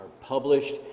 published